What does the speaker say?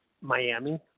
Miami